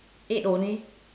eight only